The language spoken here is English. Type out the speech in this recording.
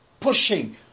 pushing